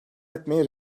etmeyi